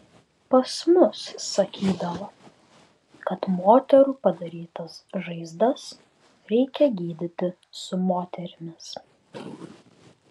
pas mus sakydavo kad moterų padarytas žaizdas reikia gydyti su moterimis